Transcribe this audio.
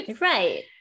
right